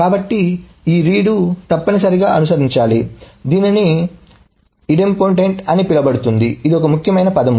కాబట్టి ఈ రీడో తప్పక అనుసరించాలి దీనిని ఇదేంపోటెంట్అని పిలవబడుతుంది ఇది ఒక ముఖ్యమైన పదం